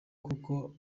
kuko